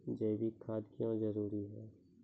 जैविक खाद क्यो जरूरी हैं?